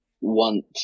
want